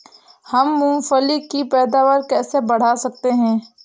हम मूंगफली की पैदावार कैसे बढ़ा सकते हैं?